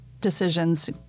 decisions